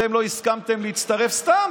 אתם לא הסכמתם להצטרף, סתם,